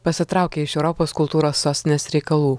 pasitraukė iš europos kultūros sostinės reikalų